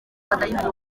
amadayimoni